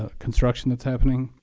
ah construction that's happening,